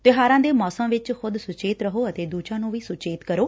ਤਿਉਹਾਰਾਂ ਦੇ ਮੌਸਮ ਵਿਚ ਖੁਦ ਸੁਚੇਤ ਰਹੋ ਅਤੇ ਦੂਜਿਆਂ ਨੂੰ ਵੀ ਸੁਚੇਤ ਕਰੋ